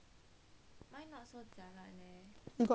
you got Nivea you know